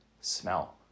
Smell